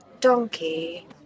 Donkey